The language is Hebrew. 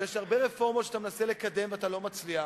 שיש הרבה רפורמות שאתה מנסה לקדם ואתה לא מצליח,